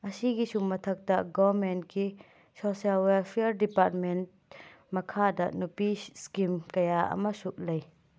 ꯑꯁꯤꯒꯤꯁꯨ ꯃꯊꯛꯇ ꯒꯣꯃꯦꯟꯠꯀꯤ ꯁꯣꯁꯦꯜ ꯋꯦꯜꯐꯤꯌꯔ ꯗꯤꯄꯥꯔꯠꯃꯦꯟꯠ ꯃꯈꯥꯗ ꯅꯨꯄꯤ ꯏꯁ ꯁ꯭ꯀꯤꯝ ꯀꯌꯥ ꯑꯃꯁꯨ ꯂꯩ